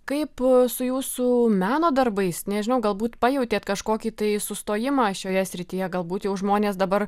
kaip su jūsų meno darbais nežinau galbūt pajautėt kažkokį tai sustojimą šioje srityje galbūt jau žmonės dabar